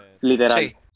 literal